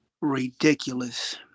ridiculous